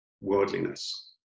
worldliness